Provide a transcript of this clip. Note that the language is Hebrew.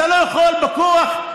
אתה לא יכול בכוח,